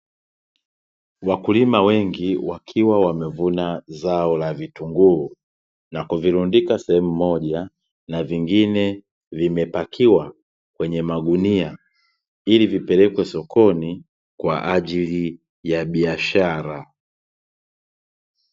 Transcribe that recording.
Wakulima wengi wakiwa wamevuna zao la vitunguu, na kuvirundika sehemu moja, na vingine vimepakiwa kwenye magunia ili vipelekwe sokoni, kwa ajili ya biashara.